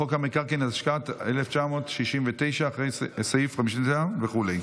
חוק המקרקעין, התשכ"ט 1969, אחרי סעיף 59 וכו'.